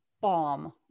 bomb